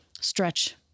stretch